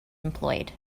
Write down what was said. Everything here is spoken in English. employed